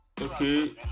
Okay